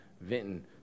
Vinton